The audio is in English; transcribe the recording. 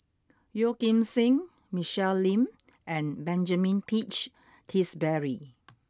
Yeo Kim Seng Michelle Lim and Benjamin Peach Keasberry